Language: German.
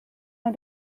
man